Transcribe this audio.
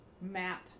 Map